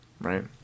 right